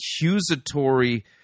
accusatory